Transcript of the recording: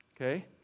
okay